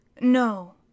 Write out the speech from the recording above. No